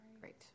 great